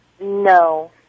No